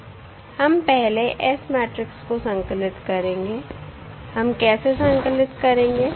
हम पहले S matrix को संकलित करेंगे हम कैसे संकलित करेंगे